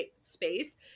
space